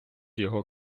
його